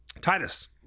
Titus